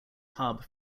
hub